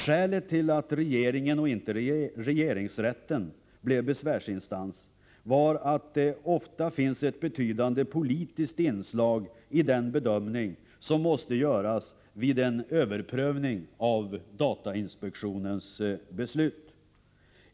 Skälet till att regeringen och inte regeringsrätten blev besvärsinstans var att det ofta finns ett betydande politiskt inslag i den bedömning som måste göras vid en överprövning av datainspektionens beslut.